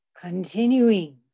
continuing